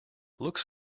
looks